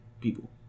people